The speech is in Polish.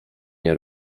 nie